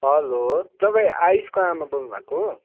hello तपाईँ आयुषको आमा बोल्नु भएको हो